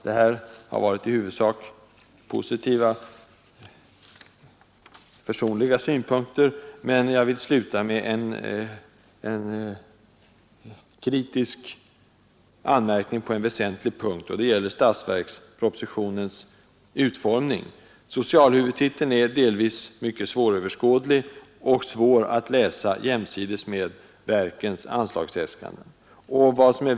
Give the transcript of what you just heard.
Det här har varit i huvudsak positiva personliga synpunkter, men jag vill sluta med en kritisk anmärkning på en väsentlig punkt. Den gäller statsverkspropositionens utformning. Socialhuvudtiteln är delvis svåröverskådlig och svår att läsa jämsides med verkens anslagsäskanden.